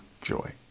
joy